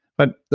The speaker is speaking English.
but,